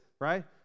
right